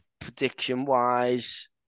prediction-wise